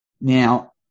Now